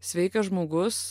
sveikas žmogus